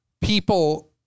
people